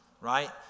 right